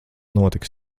notika